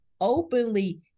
openly